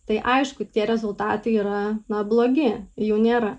tai aišku tie rezultatai yra na blogi jų nėra